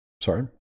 sorry